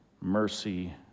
Mercy